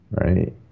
right